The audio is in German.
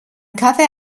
kaffee